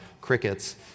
crickets